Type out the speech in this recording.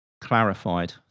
clarified